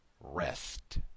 rest